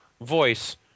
voice